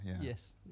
Yes